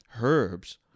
herbs